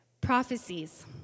Prophecies